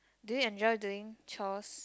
do you enjoy doing chores